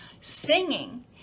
singing